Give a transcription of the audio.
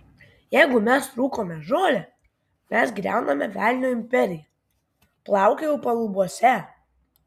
jeigu mes rūkome žolę mes griauname velnio imperiją plaukiojau palubiuose